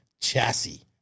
Chassis